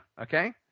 okay